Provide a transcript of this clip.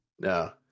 No